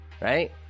Right